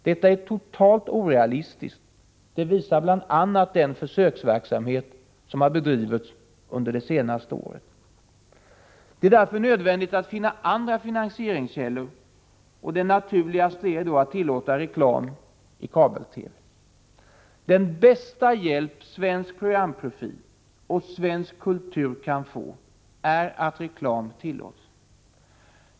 Detta är totalt orealistiskt — det visar bl.a. den försöksverksamhet som har bedrivits under det senaste året. Det är därför nödvändigt att finna andra finansieringskällor, och det naturligaste är då att tillåta reklam i kabel-TV. Den bästa hjälp svensk programprofil och svensk kultur kan få är att reklam tillåts.